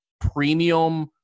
premium